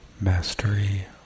mastery